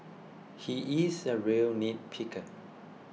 he is a real nitpicker